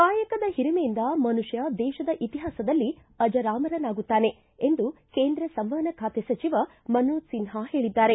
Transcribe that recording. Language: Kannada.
ಕಾಯಕದ ಹಿರಿಮೆಯಿಂದ ಮನುಷ್ಟ ದೇಶದ ಇತಿಹಾಸದಲ್ಲಿ ಅಜರಾಮರನಾಗುತ್ತಾನೆ ಎಂದು ಕೇಂದ್ರ ಸಂವಹನ ಖಾತೆ ಸಚಿವ ಮನೋಜ್ ಸಿನ್ನ ಹೇಳಿದ್ದಾರೆ